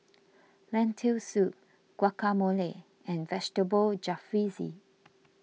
Lentil Soup Guacamole and Vegetable Jalfrezi